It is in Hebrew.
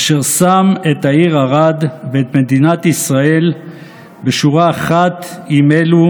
אשר שם את העיר ערד ואת מדינת ישראל בשורה אחת עם אלו